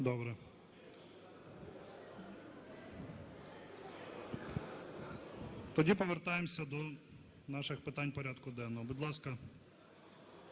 Добре. Тоді повертаємося до наших питань порядку денного, будь ласка.